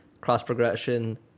cross-progression